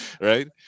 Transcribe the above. Right